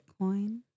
Bitcoin